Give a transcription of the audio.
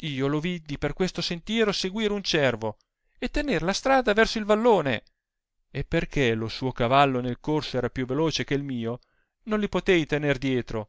io lo viddi per questo sentiero seguir un cervo e tener la strada verso il vallone e perchè lo suo cavallo nel corso era più veloce che mio non li potei tener dietro